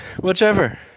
Whichever